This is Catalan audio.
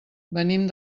venim